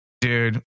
Dude